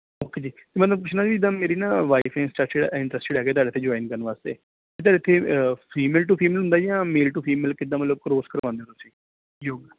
okay ਜੀ ਅਤੇ ਮੈਂ ਪੁੱਛਣਾ ਸੀ ਜਿੱਦਾਂ ਮੇਰੀ ਨਾ ਵਾਈਫ ਇੰਨਸਟਰਸਟਡ ਇੰਨਸਟਰਸਟਡ ਹੈਗੇ ਤੁਹਾਡੇ ਇੱਥੇ ਜੁਆਇਨ ਕਰਨ ਵਾਸਤੇ ਤੁਹਾਡੇ ਇੱਥੇ ਫੀਮੇਲ ਟੂ ਫੀਮੇਲ ਹੁੰਦਾ ਜਾਂ ਮੇਲ ਟੂ ਫੀਮੇਲ ਕਿੱਦਾਂ ਮਤਲਬ ਕ੍ਰੋਸ ਕਰਵਾਉਂਦੇ ਹੋ ਤੁਸੀਂ ਯੋਗਾ